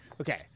Okay